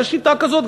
יש שיטה כזאת,